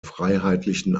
freiheitlichen